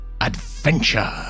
adventure